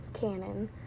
canon